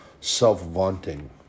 self-vaunting